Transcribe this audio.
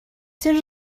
soon